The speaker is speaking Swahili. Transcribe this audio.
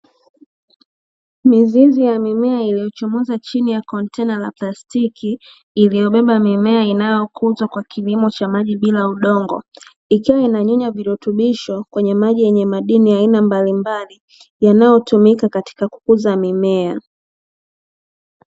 Mizizi ya mimea iliyochomoza chini ya kontena la plastiki iliyobeba mimea inayokuzwa kwa kilimo cha maji bila udongo. Ikiwa inanyonya virutubisho kwenye maji yenye ya aina mbalimbali yanayotumika katika kukuza mimea.